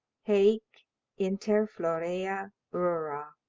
haec inter florea rura,